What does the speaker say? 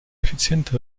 effizienter